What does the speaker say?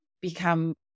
become